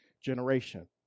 generation